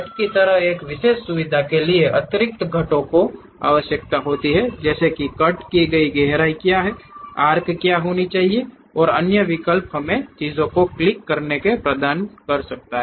cut की तरह एक विशेष सुविधा के लिए अतिरिक्त घटकों की आवश्यकता होती है जैसे कि कट की गहराई क्या है आर्क क्या होना चाहिए और अन्य विकल्प हमें चीजों को क्लिक करके प्रदान करना पड़ सकता है